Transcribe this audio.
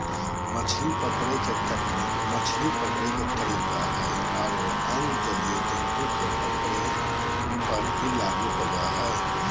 मछली पकड़े के तकनीक मछली पकड़े के तरीका हई आरो अन्य जलीय जंतु के पकड़े पर भी लागू होवअ हई